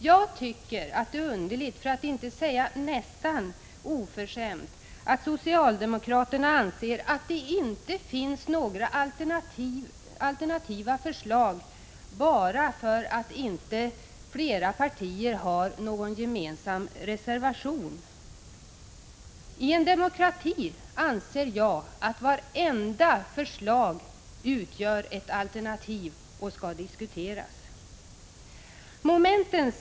Jag tycker att det är underligt — för att inte säga nästan oförskämt — att socialdemokraterna anser att det inte finns några alternativa förslag bara därför att flera partier inte har någon gemensam reservation. I en demokrati utgör vartenda förslag, enligt min åsikt, ett alternativ och vartenda förslag skall diskuteras.